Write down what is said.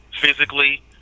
physically